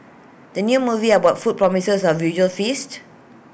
the new movie about food promises A visual feast